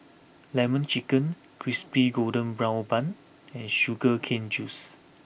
Lemon Chicken Crispy Golden Brown Bun and Sugar Cane Juice